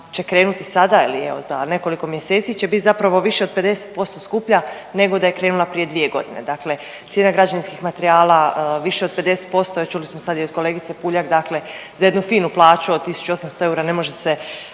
će krenuti sada ili evo, za nekoliko mjeseci će biti zapravo više od 50% skuplja nego da je krenula prije 2 godine. Dakle cijena građevinskih materijala više od 50%, čuli smo sad i od kolegice Puljak, dakle za jednu finu plaću od 1800 eura ne može se